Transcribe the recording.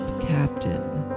captain